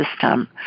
system